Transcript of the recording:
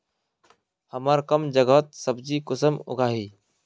हमार कम जगहत सब्जी कुंसम उगाही?